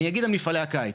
אני אגיד על מפעלי הקיץ,